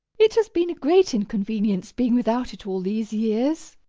it has been a great inconvenience being without it all these years.